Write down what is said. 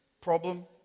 problem